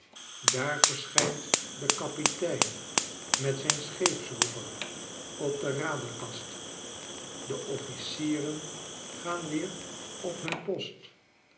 daai verschijnt de kapitein met zijn scheepsroeper op de raderkast de officieren gaan weer op hun post